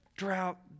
drought